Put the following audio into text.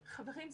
חברים,